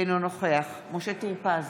אינו נוכח משה טור פז,